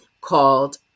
called